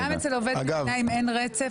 גם אם לעובד המדינה אין רצף,